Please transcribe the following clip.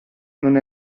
non